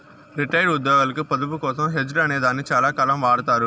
retired ఉద్యోగులకు పొదుపు కోసం హెడ్జ్ అనే దాన్ని చాలాకాలం వాడతారు